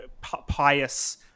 pious